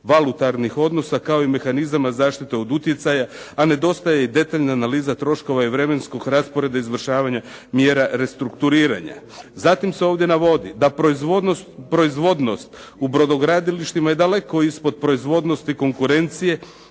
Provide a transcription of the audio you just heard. međuvalutarnih odnosa, kao i mehanizama zaštite od utjecaja, a nedostaje i detaljna analiza troškova i vremenskog rasporeda izvršavanja mjera restrukturiranja." Zatim se ovdje navodi da proizvodnost u brodogradilištima je daleko ispod proizvodnosti konkurencije,